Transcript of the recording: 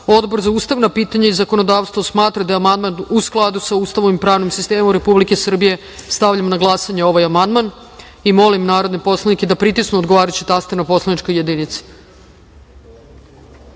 za ustavna pitanja i zakonodavstvo smatra da je amandman u skladu sa Ustavom i pravnim sistemom Republike Srbije. Stavljam na glasanje ovaj amandman. Molim narodne poslanike da pritisnu odgovarajući taster na poslaničkoj